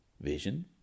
Vision